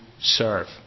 serve